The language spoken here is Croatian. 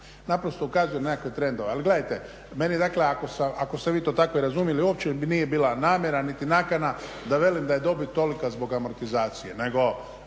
Naprosto ukazujem na nekakve trendove. Ali gledajte, meni je dakle ako ste vi to tako i razumjeli uopće nije bila namjera niti nakana da velim da je dobit tolika zbog amortizacije,